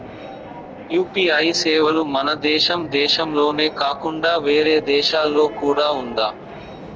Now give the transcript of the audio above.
UPI సేవలు మన దేశం దేశంలోనే కాకుండా వేరే దేశాల్లో కూడా ఉందా?